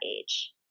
age